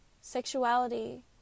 Sexuality